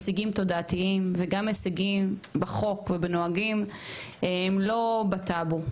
השגים תודעתיים וגם השגים בחוק ובנוהגים לא בטאבו.